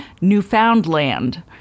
Newfoundland